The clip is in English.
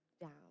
down